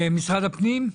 משרד הפנים.